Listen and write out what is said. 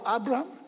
Abraham